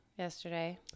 Yesterday